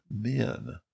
men